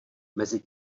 mezi